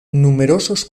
numerosos